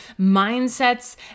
mindsets